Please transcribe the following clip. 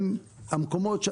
הם המקומות,